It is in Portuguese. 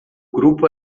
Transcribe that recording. grupo